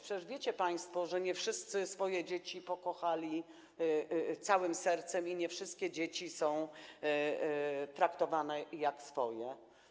Przecież wiecie państwo, że nie wszyscy swoje dzieci pokochali całym sercem i nie wszystkie dzieci są traktowane jak swoje.